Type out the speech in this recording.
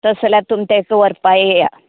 तश जाल्यार तुमी तेका वरपा येया